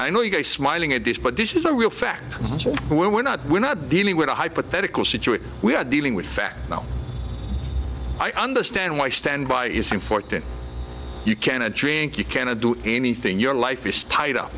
i know you guys smiling at this but this is a real fact we're not we're not dealing with a hypothetical situation we're dealing with fact now i understand why standby it's important you can a drink you can't to do anything your life is tied up